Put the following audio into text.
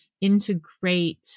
integrate